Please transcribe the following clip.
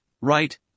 right